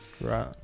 Right